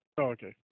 Okay